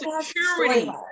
security